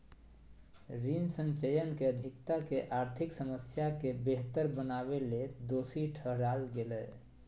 ऋण संचयन के अधिकता के आर्थिक समस्या के बेहतर बनावेले दोषी ठहराल गेलय